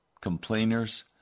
complainers